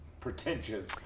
pretentious